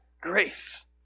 Grace